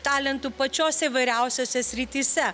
talentų pačiose įvairiausiose srityse